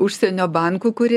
užsienio bankų kurie